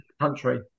country